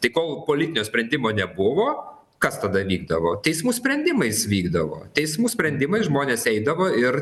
tai kol politinio sprendimo nebuvo kas tada vykdavo teismų sprendimais vykdavo teismų sprendimai žmonės eidavo ir